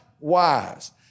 wise